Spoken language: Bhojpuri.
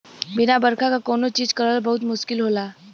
बिना बरखा क कौनो चीज करल बहुत मुस्किल होला